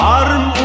arm